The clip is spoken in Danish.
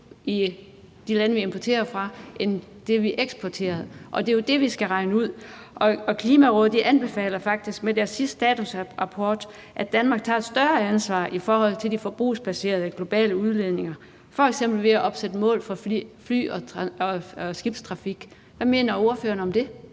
i de lande, vi importerer fra, end det, vi eksporterer. Og det er jo det, vi skal regne ud. Og Klimarådet anbefaler faktisk i deres sidste statusrapport, at Danmark tager et større ansvar i forhold til de forbrugsbaserede globale udledninger, f.eks. ved at opsætte mål for fly- og skibstrafik. Hvad mener ordføreren om det?